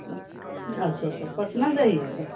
अच्छा अच्छा अच्छा पटना जाइएगा